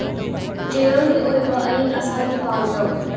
ꯆꯌꯣꯜꯒꯤ ꯑꯣꯏꯕ ꯑꯌꯤꯡ ꯑꯁꯥꯒꯤ ꯄꯥꯎꯗꯝ